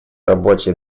рабочий